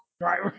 right